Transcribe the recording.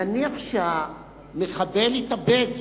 נניח שהמחבל התאבד,